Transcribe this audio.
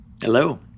Hello